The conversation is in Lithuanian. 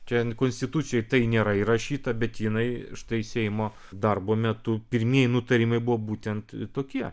čia konstitucijoj tai nėra įrašyta bet jinai štai seimo darbo metu pirmieji nutarimai buvo būtent tokie